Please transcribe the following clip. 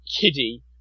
Kitty